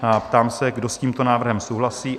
Ptám se, kdo s tímto návrhem souhlasí?